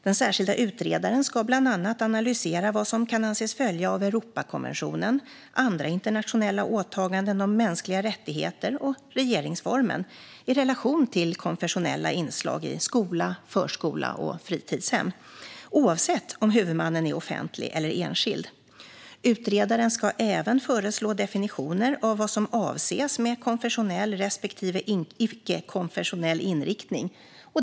Den särskilda utredaren ska bland annat analysera vad som kan anses följa av Europakonventionen, andra internationella åtaganden om mänskliga rättigheter och regeringsformen i relation till konfessionella inslag i skola, förskola och fritidshem, oavsett om huvudmannen är offentlig eller enskild. Utredaren ska även föreslå definitioner av vad som avses med konfessionell respektive icke-konfessionell inriktning.